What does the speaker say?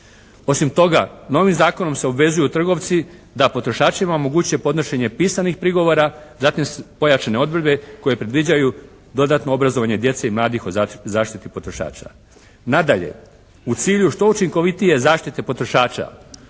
Osim toga novim zakonom se obvezuju trgovci da potrošačima omoguće podnošenje pisanih prigovora, zatim pojačane odredbe koje predviđaju dodatno obrazovanje djece i mladih o zaštiti potrošača. Nadalje, u cilju što učinkovitije zaštite potrošača